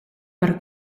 per